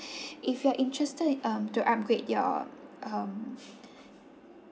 if you are interested um to upgrade your um